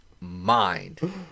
mind